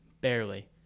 barely